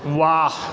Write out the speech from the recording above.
वाह